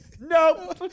No